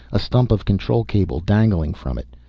a stump of control cable dangling from it.